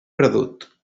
perdut